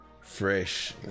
fresh